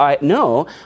No